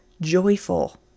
joyful